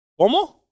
¿Cómo